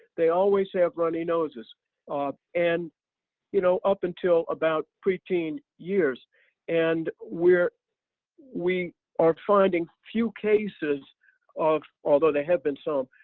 they always have runny noses and you know, up until about preteen years and where we are finding few cases of, although they have been some,